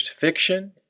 fiction